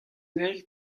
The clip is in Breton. eil